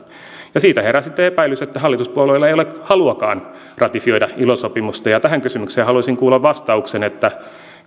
siitä herää sitten epäilys että hallituspuolueilla ei ole haluakaan ratifioida ilo sopimusta ja tähän kysymykseen haluaisin kuulla vastauksen että